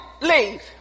leave